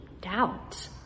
doubt